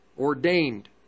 ordained